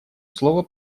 слова